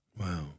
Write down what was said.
Wow